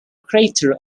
crater